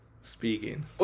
Speaking